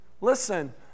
listen